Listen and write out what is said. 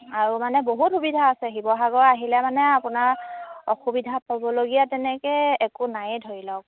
আৰু মানে বহুত সুবিধা আছে শিৱসাগৰ আহিলে মানে আপোনাৰ অসুবিধা পাবলগীয়া তেনেকৈ একো নায়েই ধৰি লওক